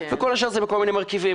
וכל השאר זה כל מיני מרכיבים.